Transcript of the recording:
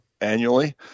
annually